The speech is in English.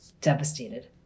devastated